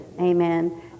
Amen